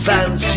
Fans